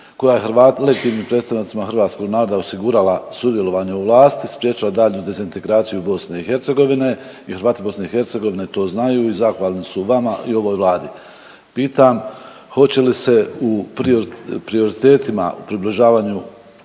koja je legitimnim predstavnicima hrvatskog naroda osigurala sudjelovanje u vlasti, spriječila daljnju dezintegraciju Bosne i Hercegovine to znaju i zahvalni su vama i ovoj Vladi. Pitam hoće li se u prioritetima u približavanju